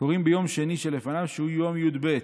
קוראין בשני שלפניו, שהוא יום י"ב,